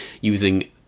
using